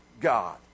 God